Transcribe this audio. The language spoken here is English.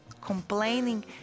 complaining